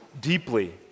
deeply